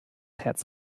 herz